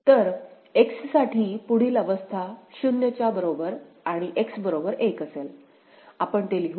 तर X साठी पुढील अवस्था 0 च्या बरोबर आणि X बरोबर 1 असेल आपण ते लिहू